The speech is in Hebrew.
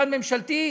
ממשלתי,